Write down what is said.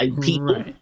People